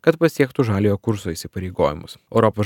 kad pasiektų žaliojo kurso įsipareigojimus europos